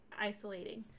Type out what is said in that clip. isolating